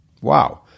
Wow